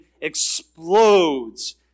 explodes